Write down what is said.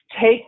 take